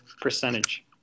percentage